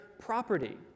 property